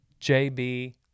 JB